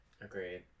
Agreed